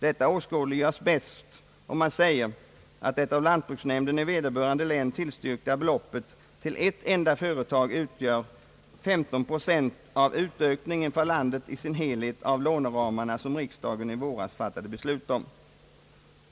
Detta åskådliggöres bäst om man säger att det av lantbruksnämnden i vederbörande län tillstyrkta beloppet till ett enda företag utgör 15 procent av utökningen för landet i dess helhet av låneramarna som riksdagen i våras fattade beslut om.